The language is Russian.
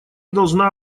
должна